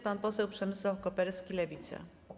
Pan poseł Przemysław Koperski, Lewica.